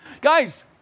Guys